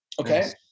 Okay